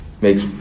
makes